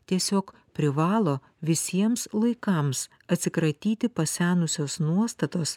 tiesiog privalo visiems laikams atsikratyti pasenusios nuostatos